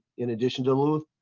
in addition to little.